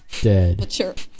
dead